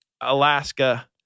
alaska